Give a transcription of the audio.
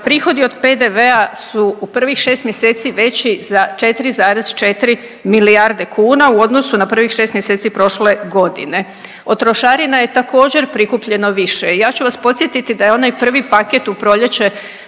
prihodi od PDV-a su u prvih 6 mjeseci veći za 4,4 milijarde kuna u odnosu na prvih 6 mjeseci prošle godine. Od trošarina je također prikupljeno više. Ja ću vas podsjetiti da je onaj prvi paket u proljeće